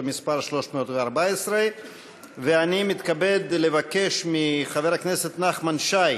מס' 314. אני מתכבד לבקש מחבר הכנסת נחמן שי